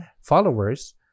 followers